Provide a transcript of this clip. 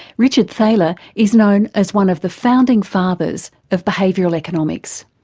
richard thaler is known as one of the founding fathers of behavioural economics.